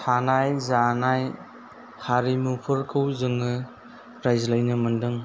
थानाय जानाय हारिमुफोरखौ जोङो रायज्लायनो मोन्दों